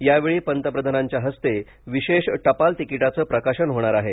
यावेळी पंतप्रधानांच्या हस्ते विशेष टपाल तिकीटाचं प्रकाशन होणार आहे